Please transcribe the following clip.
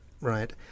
Right